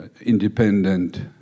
independent